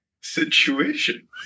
situation